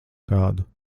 kādu